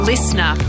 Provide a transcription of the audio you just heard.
Listener